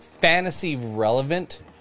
fantasy-relevant